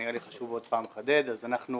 חשוב עוד פעם לחדד: אז אנחנו